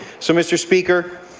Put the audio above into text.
so, mr. speaker,